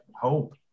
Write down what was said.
hope